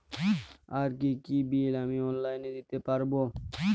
আর কি কি বিল আমি অনলাইনে দিতে পারবো?